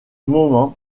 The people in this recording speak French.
moment